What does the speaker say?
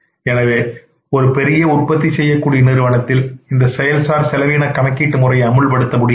எனவே ஒரு பெரிய உற்பத்தி செய்யக்கூடிய நிறுவனத்தில் இந்த செயல் சார் செலவின கணக்கீட்டு முறையை முறையாக அமல்படுத்த முடிகிறது